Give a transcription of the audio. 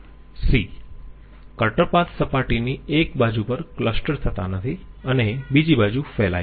C cutter path સપાટીની એક બાજુ પર ક્લસ્ટર થતા નથી અને બીજી બાજુ ફેલાય છે